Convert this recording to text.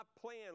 plan